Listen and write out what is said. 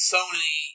Sony